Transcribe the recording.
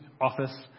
office